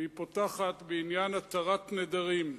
והיא פותחת בעניין התרת נדרים.